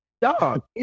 Dog